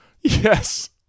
Yes